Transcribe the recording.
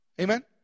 amen